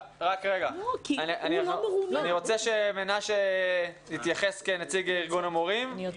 אני מבקש כנציג ארגון המורים מנשה לוי.